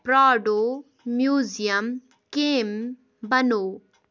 Prado museum کٔمۍ بنوو ؟